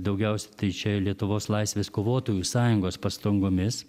daugiausia tai čia lietuvos laisvės kovotojų sąjungos pastangomis